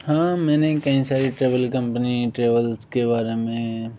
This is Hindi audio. हाँ मैंने कई सारी ट्रैवल कंपनी ट्रेवल्स के बारे मैं